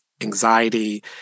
anxiety